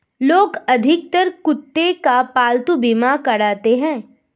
लोग अधिकतर कुत्ते का पालतू बीमा कराते हैं